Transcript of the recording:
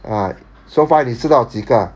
ah so far 你知道几个